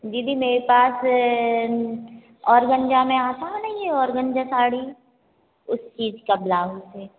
दीदी मेरे पास ऑर्गेन्जा में आता नई है ऑर्गेन्जा साड़ी उस चीज़ का ब्लाउज़ है